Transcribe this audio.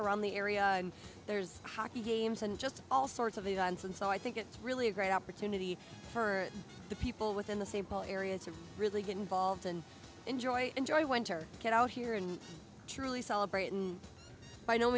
around the area and there's hockey games and just all sorts of and so i think it's really a great opportunity for the people within the st paul area to really get involved and enjoy enjoy winter get out here and truly